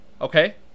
Okay